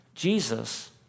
Jesus